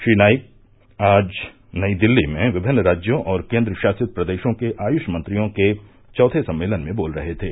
श्री नाईक आज नई दिल्ली में विमिन्न राज्यों और केन्द्र शासित प्रदेशों के आयूष मंत्रियों के चौथे सम्मेलन में बोल रहे थे